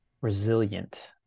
resilient